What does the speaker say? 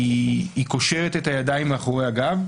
קושרת את הידיים מאחורי הגב,